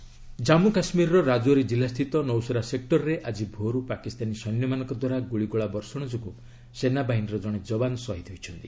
cease fire violation Jammu କାଶ୍ମୀରର ରାଜୌରୀ ଜିଲ୍ଲା ସ୍ଥିତ ନୌସେରା ସେକ୍ଟରରେ ଆଜି ଭୋରୁ ପାକିସ୍ତାନୀ ସୈନ୍ୟମାନଙ୍କ ଦ୍ୱାରା ଗୁଳିଗୋଳା ବର୍ଷଣ ଯୋଗୁଁ ସେନାବାହିନୀର ଜଣେ ଯବାନ ସହିଦ୍ ହୋଇଛନ୍ତି